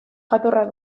jatorra